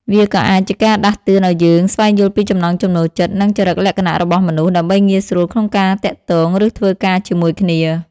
វាក៏អាចជាការដាស់តឿនឱ្យយើង ស្វែងយល់ពីចំណង់ចំណូលចិត្ត និងចរិតលក្ខណៈរបស់មនុស្ស ដើម្បីងាយស្រួលក្នុងការទាក់ទង ឬធ្វើការជាមួយគ្នា។